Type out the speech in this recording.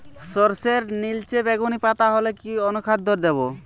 সরর্ষের নিলচে বেগুনি পাতা হলে কি অনুখাদ্য দেবো?